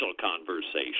conversation